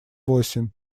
восемь